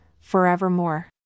forevermore